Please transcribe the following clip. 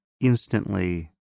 instantly